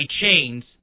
chains